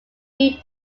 they